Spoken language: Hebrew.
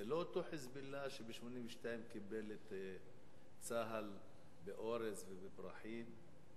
זה לא אותו "חיזבאללה" שב-1982 קיבל את צה"ל באורז ובפרחים?